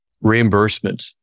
Reimbursement